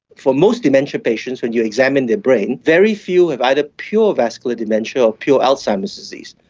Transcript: for most dementia patients when you examine their brain, very few have either pure vascular dementia or pure alzheimer's disease,